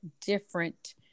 different